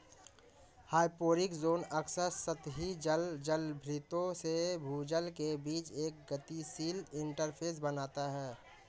hyporheic zone अक्सर सतही जल जलभृतों से भूजल के बीच एक गतिशील इंटरफ़ेस बनाता है